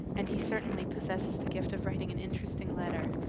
and he certainly possesses the gift of writing an interesting letter.